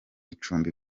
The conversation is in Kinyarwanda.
icumbi